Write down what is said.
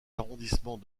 arrondissements